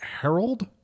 Harold